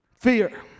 Fear